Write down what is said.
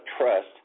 trust